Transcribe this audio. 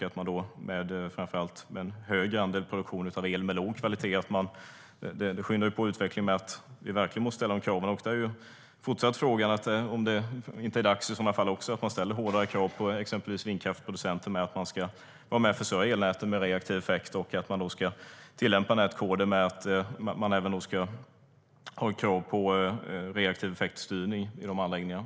En större andel el med låg kvalitet skyndar på utvecklingen och gör att vi verkligen måste ställa om kraven.